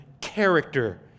character